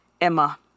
Emma